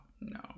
no